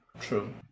True